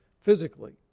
physically